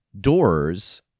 doors